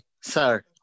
sir